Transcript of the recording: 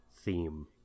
theme